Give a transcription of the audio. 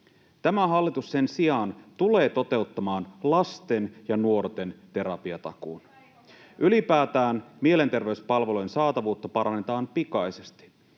Tämä hallitus sen sijaan tulee toteuttamaan lasten ja nuorten terapiatakuun. Ylipäätään mielenterveyspalvelujen saatavuutta parannetaan pikaisesti.